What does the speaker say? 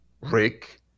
Rick